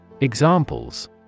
Examples